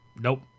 Nope